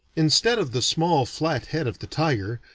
instead of the small flat head of the tiger,